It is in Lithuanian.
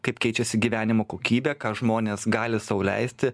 kaip keičiasi gyvenimo kokybė ką žmonės gali sau leisti